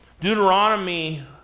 Deuteronomy